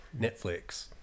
Netflix